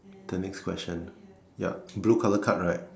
the next question ya blue color card right